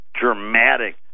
dramatic